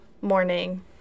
morning